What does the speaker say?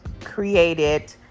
created